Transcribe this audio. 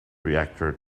reactor